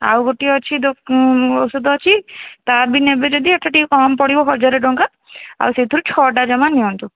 ଆଉ ଗୋଟିଏ ଅଛି ଔଷଧ ଅଛି ତା ବି ନେବେ ଯଦି ଏଟା ଟିକେ କମ୍ ପଡ଼ିବ ହଜାରେ ଟଙ୍କା ଆଉ ସେଥିରୁ ଛଅଟା ଜମା ନିଅନ୍ତୁ